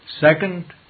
Second